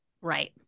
Right